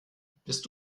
bist